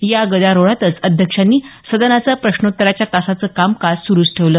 या गदारोळातच अध्यक्षांनी सदनाचं प्रश्नोत्तराच्या तासाच कामकाज सुरू ठेवल